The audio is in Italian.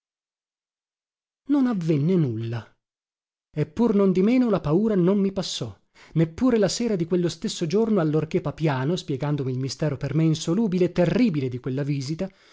non avvenne nulla e pur non di meno la paura non mi passò neppure la sera di quello stesso giorno allorché papiano spiegandomi il mistero per me insolubile e terribile di quella visita